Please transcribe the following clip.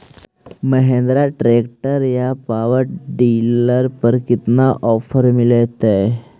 Mahindra tractor या power dealer पर कितना ओफर मीलेतय?